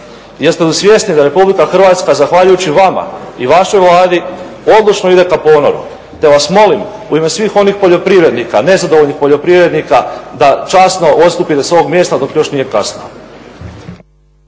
Jeste li svjesni da Republika Hrvatska zahvaljujući vama i vašoj Vladi odlučno ide ka ponoru, te vas molim u ime svih onih poljoprivrednika, nezadovoljnih poljoprivrednika da časno odstupite sa ovog mjesta dok još nije kasno.